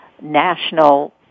national